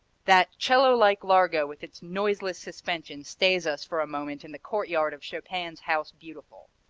that cello-like largo with its noiseless suspension stays us for a moment in the courtyard of chopin's house beautiful.